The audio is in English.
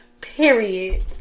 Period